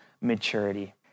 maturity